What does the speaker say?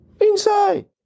Inside